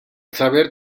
saber